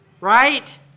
Right